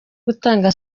gutanga